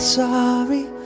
sorry